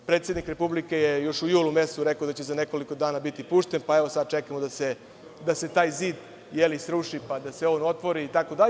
Predsednik Republike je još u julu mesecu rekao da će za nekoliko dana biti pušten, pa evo, sada čekamo da se taj zid, je li, sruši, pa da se on otvori, itd.